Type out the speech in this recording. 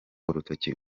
urutoki